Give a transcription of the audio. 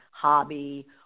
hobby